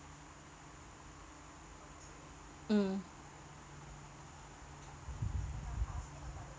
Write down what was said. mm